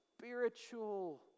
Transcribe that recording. spiritual